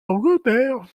angleterre